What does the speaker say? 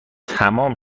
تمام